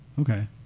Okay